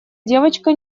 девочка